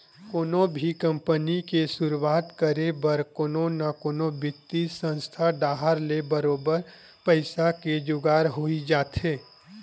कोनो भी कंपनी के सुरुवात करे बर कोनो न कोनो बित्तीय संस्था डाहर ले बरोबर पइसा के जुगाड़ होई जाथे